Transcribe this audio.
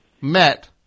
met